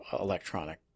electronic